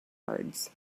words